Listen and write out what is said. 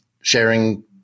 sharing